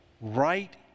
right